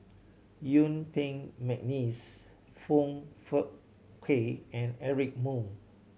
Yuen Peng McNeice Foong Fook Kay and Eric Moo